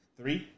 Three